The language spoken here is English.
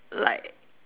like